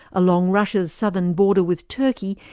along russia's southern border with turkey,